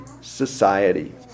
society